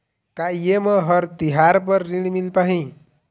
का ये म हर तिहार बर ऋण मिल पाही?